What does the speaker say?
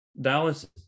Dallas